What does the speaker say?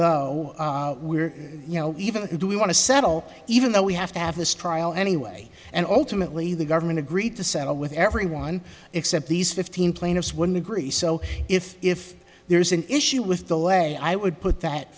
though we're you know even if we do we want to settle even though we have to have this trial anyway and ultimately the government agreed to settle with everyone except these fifteen plaintiffs would agree so if if there's an issue with the lay i would put that